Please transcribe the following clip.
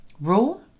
rule